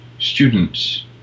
students